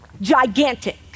gigantic